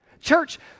Church